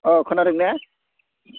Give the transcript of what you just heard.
अ खोनादों ने